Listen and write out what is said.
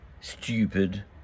stupid